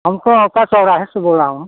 हमको ओका चौराहे से बोल रहा हूँ